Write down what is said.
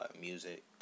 music